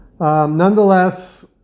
Nonetheless